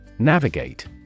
Navigate